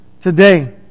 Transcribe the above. today